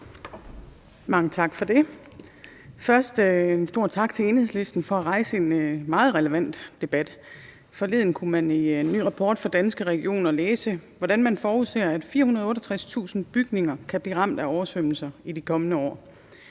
Mange tak for det. Først vil jeg gerne rette en tak til Enhedslisten for at rejse en meget relevant debat. Forleden kunne man i en ny rapport fra Danske Regioner læse, at man forudser, at 468.000 bygninger kan blive ramt af oversvømmelser i de kommende år.